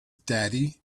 daddy